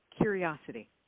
curiosity